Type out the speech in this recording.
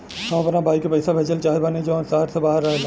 हम अपना भाई के पइसा भेजल चाहत बानी जउन शहर से बाहर रहेला